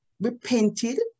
repented